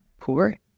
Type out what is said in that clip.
poor